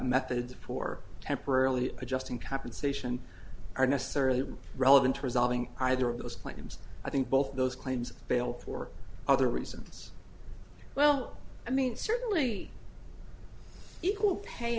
methods for temporarily adjusting compensation are necessarily relevant to resolving either of those claims i think both of those claims fail for other reasons well i mean certainly equal pay